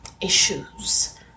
issues